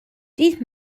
dydd